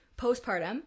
postpartum